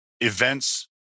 events